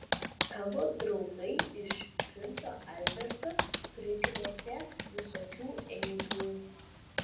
tavo draugai iš princo alberto prikrėtę visokių eibių